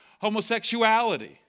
homosexuality